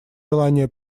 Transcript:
желание